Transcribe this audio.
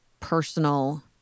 personal